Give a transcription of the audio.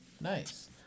Nice